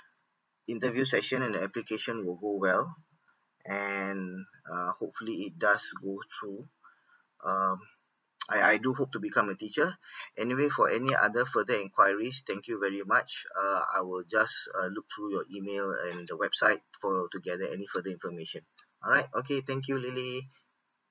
interview session and application will go well and uh hopefully it does go through um I I do hope to become a teacher anyway for any other further enquiries thank you very much uh I will just uh look through your email and the website for to gather any further information alright okay thank you lily